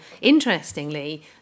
Interestingly